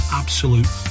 absolute